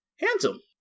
handsome